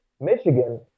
Michigan